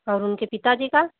और उनके पिताजी का